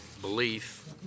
belief